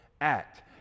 act